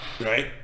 Right